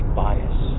bias